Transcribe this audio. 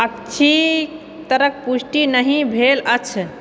अच्छी तरहक पुष्टि नहि भेल अछि